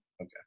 Okay